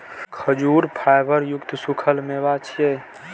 खजूर फाइबर युक्त सूखल मेवा छियै